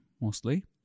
mostly